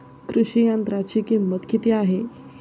कृषी यंत्राची किंमत किती आहे?